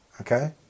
Okay